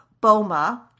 Boma